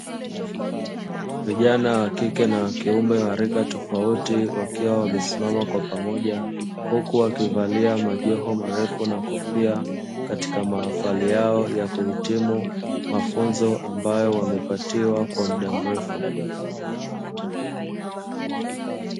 Vijana wa kike na wa kiume wa rika tofauti, wakiwa wamesimama kwa pamoja huku wakivalia majoho marefu na kofia, katika mahafali yao ya kuhitimu mafunzo ambayo wamepatiwa kwa muda mrefu.